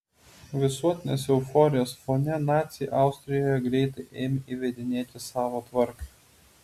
visuotinės euforijos fone naciai austrijoje greitai ėmė įvedinėti savo tvarką